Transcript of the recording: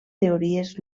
teories